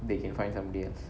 they can find somebody else